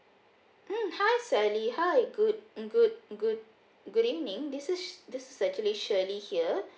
mm hi sally hi good mm good good good evening this is shir~ this is shirley here